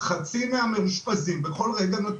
חצי מהמאושפזים בכל רגע נתון,